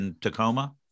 Tacoma